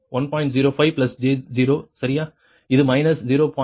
இது மைனஸ் 0